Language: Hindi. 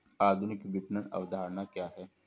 आधुनिक विपणन अवधारणा क्या है?